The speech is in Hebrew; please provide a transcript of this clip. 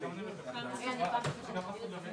התלונה צריכה לבוא למשרדי